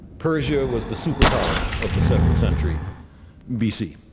persia was the superpower of the seventh century bc.